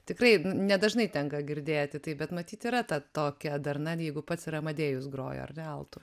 tikrai nedažnai tenka girdėti taip bet matyt yra ta tokia darna jeigu pats ir amadėjus grojo ar ne altu